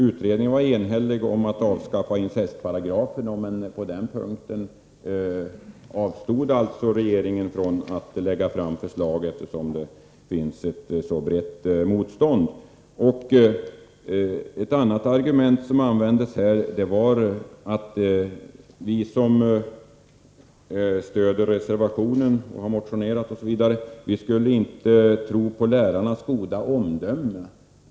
Utredningen var även enhällig om att avskaffa incestparagrafen, men på den punkten avstod regeringen från att lägga fram förslag, eftersom det finns ett så brett motstånd. Ett annat argument som har framförts här är att vi som har motionerat och som stöder reservationen inte skulle tro på lärarnas goda omdöme.